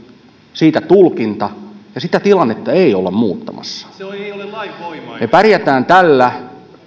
siitä tulkinta ja sitä tilannetta ei olla muuttamassa me pärjäämme tällä